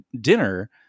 dinner